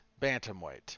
bantamweight